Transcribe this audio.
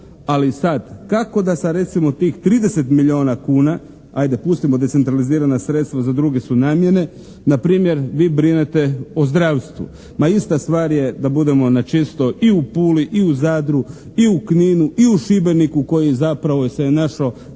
Ali sad kako da sa recimo tih 30 milijuna kuna ajde pustimo decentralizirana sredstva za druge su namjene, npr. vi brinete o zdravstvu. Ma ista stvar je da budemo na čisto i u Puli i u Zadru i u Kninu i u Šibeniku koji je zapravo se našao,